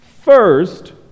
first